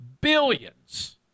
billions